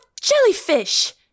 jellyfish